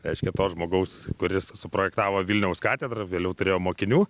reiškia to žmogaus kuris suprojektavo vilniaus katedrą vėliau turėjo mokinių